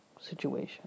situation